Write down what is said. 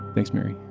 thanks mary.